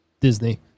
Disney